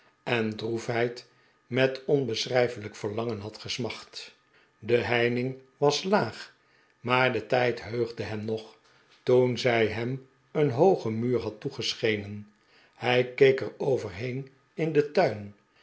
en droefheid met onbeschrijfelijk verlangen had gesmacht de heining was laag maar de tijd heugde hem nog toen zij hem een hoogen muur had toegeschenen hij keek er over heen in den tuin